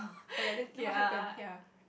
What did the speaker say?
oh ya then what happen ya